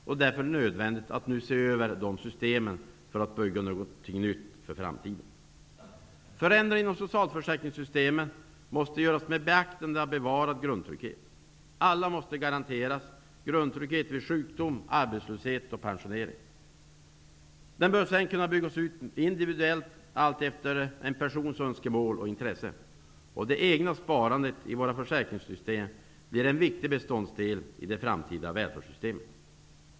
Det är därför nödvändigt att nu se över dessa system för att bygga upp något nytt för framtiden. Förändriingar inom socialförsäkringssystemen måste göras med beaktande av bevarad grundtrygghet. Alla måste garanteras grundtrygghet vid sjukdom, arbetslöshet och pensionering. Den bör sedan kunna byggas ut individuellt alltefter en persons önskemål och intresse. Det egna sparandet i våra försäkringssystem blir en viktig beståndsdel i den framtida välfärdsstrukturen.